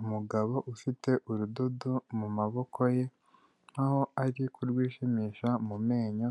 Umugabo ufite urudodo mu maboko ye, nkaho ari kurwishimisha mu menyo,